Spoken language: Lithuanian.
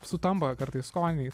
sutampa kartais skoniai